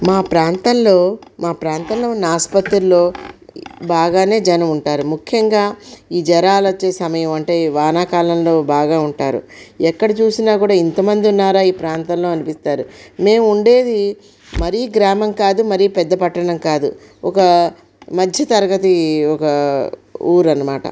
మా ప్రాంతంలో మా ప్రాంతంలో ఉన్న ఆసుపత్రిలో బాగానే జనం ఉంటారు ముఖ్యంగా ఈ జ్వరాలు వచ్చే సమయం అంటే వానాకాలంలో బాగా ఉంటారు ఎక్కడ చూసినా కూడా ఇంతమంది ఉన్నారా ఈ ప్రాంతంలో అనిపిస్తారు మేము ఉండేది మరీ గ్రామం కాదు మరీ పెద్ద పట్టణం కాదు ఒక మధ్య తరగతి ఒక ఊరు అన్నమాట